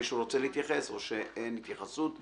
מישהו רוצה להתייחס או אין התייחסות?